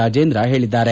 ರಾಜೇಂದ್ರ ಹೇಳಿದ್ದಾರೆ